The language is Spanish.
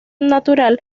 natural